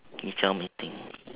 you tell meeting